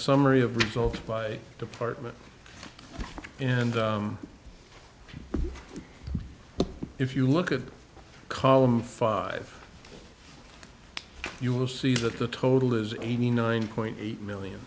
summary of results by department and if you look at column five you will see that the total is eighty nine point eight million